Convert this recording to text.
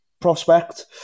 prospect